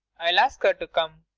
i'll ask her to come.